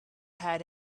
had